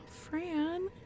Fran